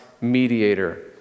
mediator